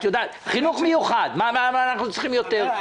למשל חינוך מיוחד מה אנחנו צריכים יותר?